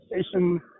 station